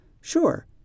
sure